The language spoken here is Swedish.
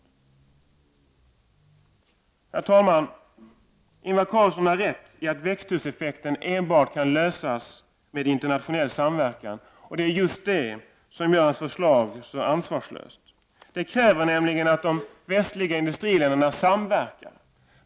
Herr talman! Ingvar Carlsson har rätt i att växthuseffekten enbart kan lösas genom internationell samverkan. Det är just detta som gör hans förslag så ansvarslöst. Det krävs nämligen att de västliga industriländerna samverkar.